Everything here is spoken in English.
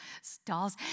stalls